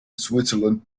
switzerland